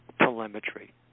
telemetry